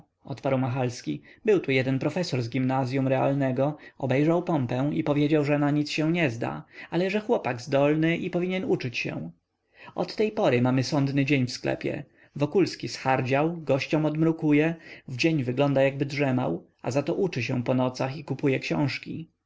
odparł machalski był tu jeden profesor z gimnazyum realnego obejrzał pompę i powiedział że na nic się nie zda ale że chłopak zdolny i powinien uczyć się od tej pory mamy sądny dzień w sklepie wokulski zhardział gościom odmrukuje w dzień wygląda jakby drzemał a za to uczy się po nocach i kupuje książki